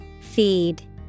Feed